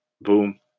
boom